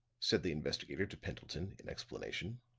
said the investigator to pendleton, in explanation.